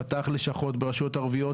פתח לשכות ברשויות ערביות,